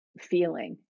feeling